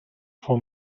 for